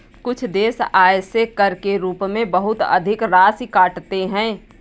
कुछ देश आय से कर के रूप में बहुत अधिक राशि काटते हैं